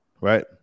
right